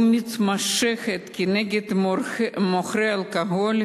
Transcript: ומתמשכת כנגד מוכרי אלכוהול,